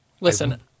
listen